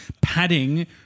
padding